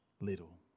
little